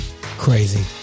Crazy